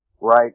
right